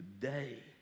today